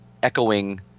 Echoing